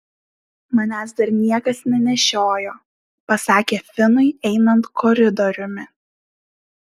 manęs dar niekas nenešiojo pasakė finui einant koridoriumi